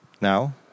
now